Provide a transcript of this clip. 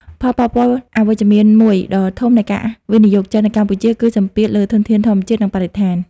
ផលប៉ះពាល់អវិជ្ជមានមួយដ៏ធំនៃការវិនិយោគចិននៅកម្ពុជា គឺសម្ពាធលើធនធានធម្មជាតិ និងបរិស្ថាន។